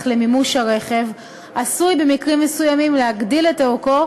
למימוש הרכב עשוי במקרים מסוימים להגדיל את ערכו,